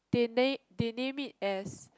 they name~ they name it as